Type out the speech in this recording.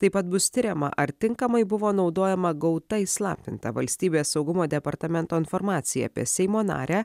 taip pat bus tiriama ar tinkamai buvo naudojama gauta įslaptinta valstybės saugumo departamento informacija apie seimo narę